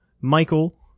Michael